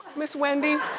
ms. wendy,